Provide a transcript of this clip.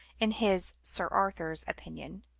in his, sir arthur's, opinion